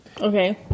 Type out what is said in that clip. Okay